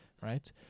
right